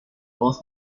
both